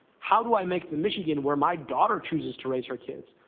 how do i make the michigan where my daughter chooses to raise her kids,